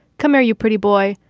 come here, you pretty boy.